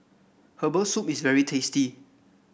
Herbal Soup is very tasty